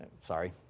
Sorry